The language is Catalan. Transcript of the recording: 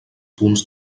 punts